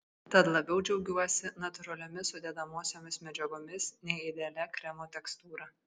tad labiau džiaugiuosi natūraliomis sudedamosiomis medžiagomis nei idealia kremo tekstūra